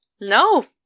No